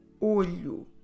olho